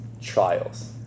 Trials